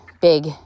big